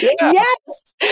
Yes